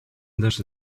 должны